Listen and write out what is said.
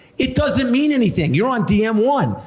it doesn't mean anything, you're on dm one.